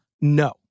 no